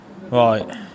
right